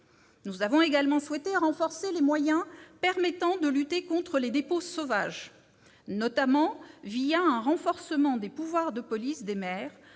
commission a également souhaité renforcer les moyens permettant de lutter contre les dépôts sauvages, notamment un renforcement des pouvoirs de police des maires,